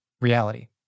reality